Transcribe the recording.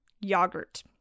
yogurt